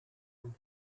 could